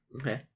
Okay